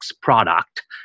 product